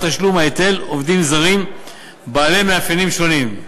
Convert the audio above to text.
תשלום ההיטל עובדים זרים בעלי מאפיינים שונים.